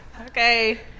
okay